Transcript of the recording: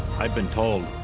i've been told,